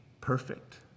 perfect